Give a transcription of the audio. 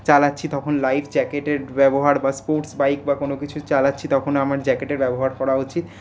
চালাচ্ছি তখন লাইট জ্যাকেটের ব্যবহার বা স্পোর্টস বাইক বা কোনো কিছু চালাচ্ছি তখন আমার জ্যাকেটের ব্যবহার করা উচিৎ